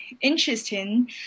interesting